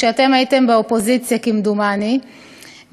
כשאתם הייתם באופוזיציה כמדומני,